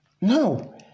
No